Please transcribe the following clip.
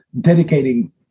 dedicating